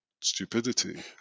stupidity